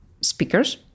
speakers